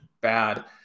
bad